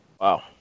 Wow